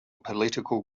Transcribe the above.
political